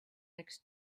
next